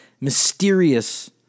mysterious